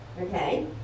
Okay